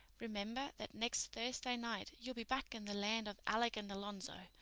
remember that next thursday night, you'll be back in the land of alec and alonzo,